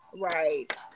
Right